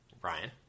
Brian